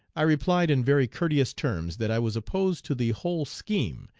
i replied in very courteous terms that i was opposed to the whole scheme,